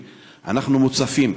אנחנו מוצפים,